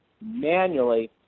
manually